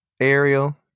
Ariel